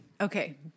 okay